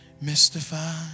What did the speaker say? mystified